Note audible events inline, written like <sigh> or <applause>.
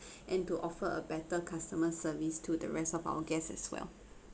<breath> and to offer a better customer service to the rest of our guest as well